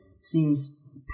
seems